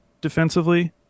defensively